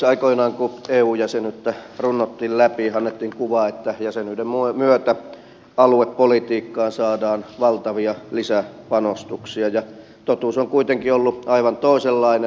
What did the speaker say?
aikoinaan kun eu jäsenyyttä runnottiin läpi annettiin kuva että jäsenyyden myötä aluepolitiikkaan saadaan valtavia lisäpanostuksia ja totuus on kuitenkin ollut aivan toisenlainen